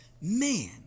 man